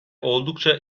oldukça